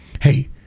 Hey